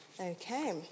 Okay